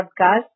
Podcast